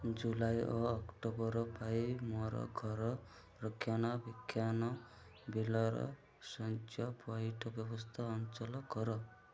ଜୁଲାଇ ଓ ଅକ୍ଟୋବର ପାଇଁ ମୋର ଘର ରକ୍ଷଣାବେକ୍ଷଣ ବିଲ୍ର ସଞ୍ଚ ପଇଠ ବ୍ୟବସ୍ଥା ଅଞ୍ଚଲ କର